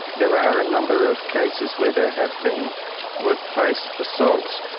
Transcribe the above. there are a number of cases where there have been workplace assaults.